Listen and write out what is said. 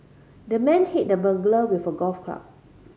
the man hit the burglar with a golf club